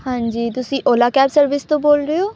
ਹਾਂਜੀ ਤੁਸੀਂ Ola cab service ਤੋਂ ਬੋਲ ਰਹੇ ਹੋ